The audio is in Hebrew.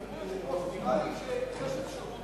אדוני היושב-ראש,